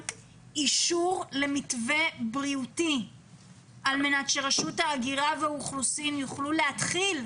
אישור למתווה בריאותי על מנת שרשות ההגירה והאוכלוסין יוכלו להתחיל.